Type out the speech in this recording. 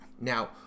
Now